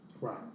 Right